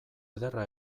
ederra